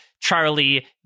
Charlie